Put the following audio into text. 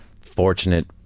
fortunate